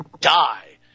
die